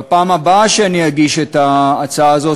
ושבפעם הבאה שאני אגיש את ההצעה הזאת